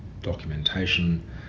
documentation